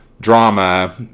drama